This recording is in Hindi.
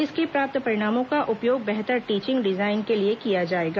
इसके प्राप्त परिणामों का उपयोग बेहतर टीचिंग डिजाइन के लिए किया जायेगा